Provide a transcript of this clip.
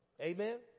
Amen